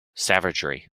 savagery